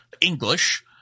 English